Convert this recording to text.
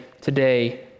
today